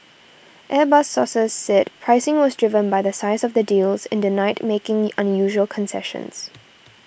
airbus sources said pricing was driven by the size of the deals and denied making unusual concessions